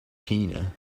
tina